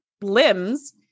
limbs